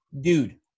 dude